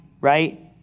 right